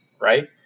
Right